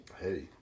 Hey